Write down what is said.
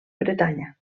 bretanya